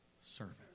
servant